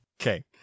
Okay